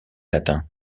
latin